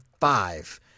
five